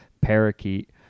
parakeet